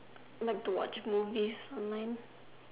like to watch movies online